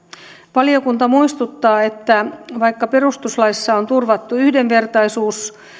valiokunta muistuttaa että vaikka perustuslaissa turvattu yhdenvertaisuus